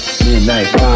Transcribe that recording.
midnight